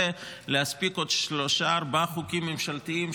להספיק עוד שלושה-ארבעה חוקים ממשלתיים,